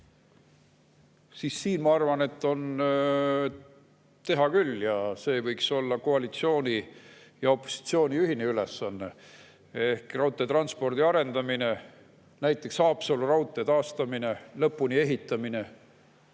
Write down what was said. siis siin, ma arvan, on teha küll. Ja see võiks olla koalitsiooni ja opositsiooni ühine ülesanne. Ehk raudteetranspordi arendamine, näiteks Haapsalu raudtee taastamine, lõpuni ehitamine